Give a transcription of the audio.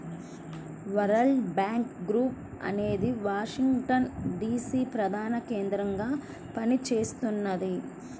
world bank group అనేది Washington DC ప్రధానకేంద్రంగా పనిచేస్తున్నది